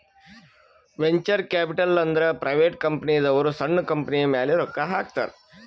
venture capital ಅಂದುರ್ private ಕಂಪನಿದವ್ರು ಸಣ್ಣು ಕಂಪನಿಯ ಮ್ಯಾಲ ರೊಕ್ಕಾ ಹಾಕ್ತಾರ್